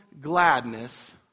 gladness